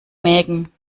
mägen